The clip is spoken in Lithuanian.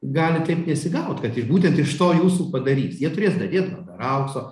gali taip nesigaut kad iš būtent iš to jūsų padarys jie turės dadėt gal dar aukso